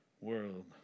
world